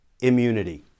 immunity